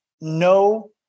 no